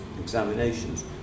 examinations